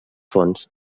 fonts